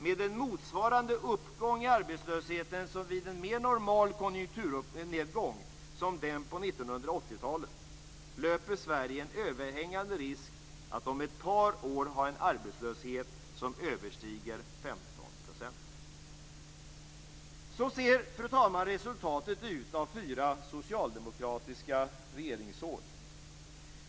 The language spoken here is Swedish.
Med en motsvarande uppgång i arbetslösheten som vid en mer normal konjunkturnedgång, som den på 1980-talet, löper Sverige en överhängande risk att om ett par år ha en arbetslöshet som överstiger Så ser, fru talman, resultatet ut av fyra socialdemokratiska regeringsår.